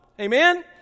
Amen